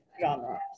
genre